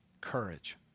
courage